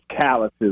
calluses